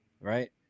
right